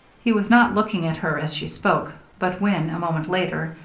he was not looking at her as she spoke, but when, a moment later,